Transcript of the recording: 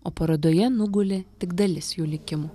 o parodoje nugulė tik dalis jų likimų